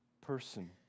person